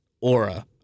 aura